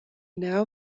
now